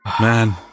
man